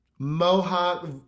Mohawk